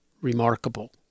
remarkable